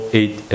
eight